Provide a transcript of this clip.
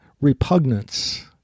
repugnance